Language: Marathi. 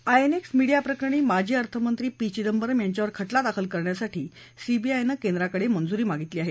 आयएनएक्स मिडियाप्रकरणी माजी अर्थमंत्री पी चिदंबरम यांच्यावर खटला दाखल करण्यासाठी सीबीआयनं मागितली केंद्राकडे मंजुरी मागितली आहे